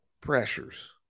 Pressures